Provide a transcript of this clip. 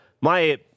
My-